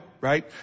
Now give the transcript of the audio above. right